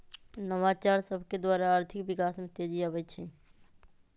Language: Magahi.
नवाचार सभकेद्वारा आर्थिक विकास में तेजी आबइ छै